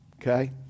okay